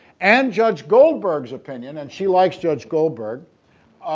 and judge goldberg's opinion, and she likes judge goldberg.